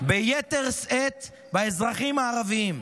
ביתר שאת באזרחים הערבים.